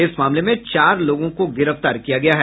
इस मामले में चार लोगों को गिरफ्तार किया गया है